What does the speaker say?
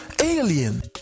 alien